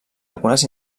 algunes